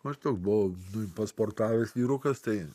maždaug buvau nu pasportavęs vyrukas tai